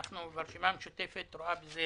והרשימה המשותפת רואה בזה